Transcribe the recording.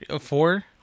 four